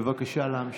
בבקשה להמשיך.